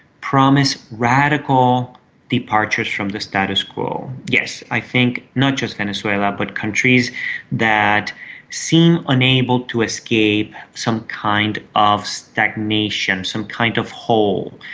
promise radical departures from the status quo yes, i think not just venezuela but countries that seem unable to escape some kind of stagnation, some kind of hole.